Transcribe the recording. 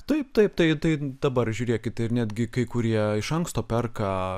taip taip tai dabar žiūrėkit ir netgi kai kurie iš anksto perka